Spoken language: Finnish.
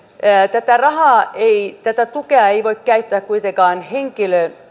tätä rahaa ja tätä tukea ei voi käyttää kuitenkaan